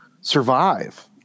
survive